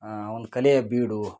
ಒಂದು ಕಲೆಯ ಬೀಡು